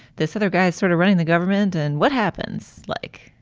this other guy is sort of running the government. and what happens? like,